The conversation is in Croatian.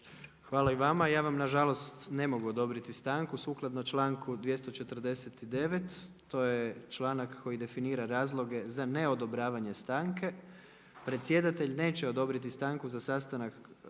Hvala i vama. Ja vam na žalost ne mogu odobriti stanku. Sukladno članku 249. to je članak koji definira razloge za neodobravanje stanke. Predsjedatelj neće odobriti stanku za sastanak